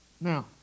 Now